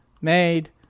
made